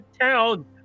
town